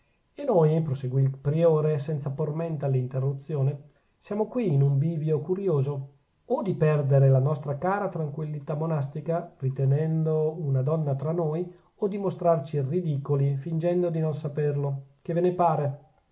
anselmo e noi proseguì il priore senza por mente allinterruzione siamo qui in un bivio curioso o di perdere la nostra cara tranquillità monastica ritenendo una donna tra noi o di mostrarci ridicoli fingendo di non saperlo che ve ne pare